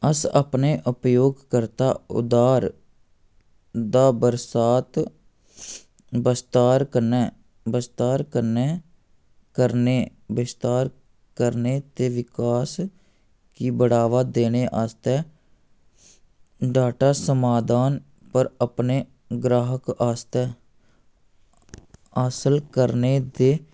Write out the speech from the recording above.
अस अपने उपयोगकर्ता उदार दा बरसात बस्तार कन्नै बस्तार कन्नै करने बिस्तार करने ते विकास गी बढ़ावा देने आस्तै डाटा समाधान ते अपने ग्राह्क आस्तै हासल करने दे